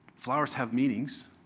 flowers have meanings.